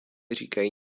říkají